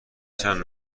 چند